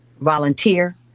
volunteer